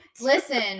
listen